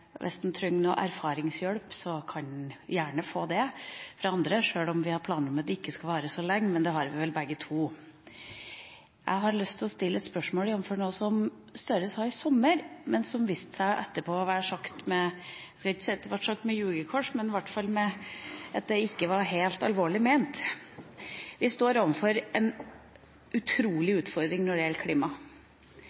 Hvis han trenger noe erfaringshjelp, kan han gjerne få det fra andre, sjøl om vi har planer om at det ikke skal vare så lenge, men det har vi vel begge to. Jeg har lyst til å stille et spørsmål om noe som Gahr Støre sa i sommer, men som viste seg etterpå ikke å være – jeg skal ikke si at det ble sagt med ljugekors – helt alvorlig ment. Vi står overfor en utrolig